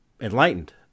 enlightened